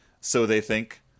so-they-think